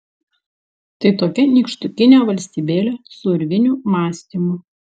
tai tokia nykštukinė valstybėlė su urvinių mąstymu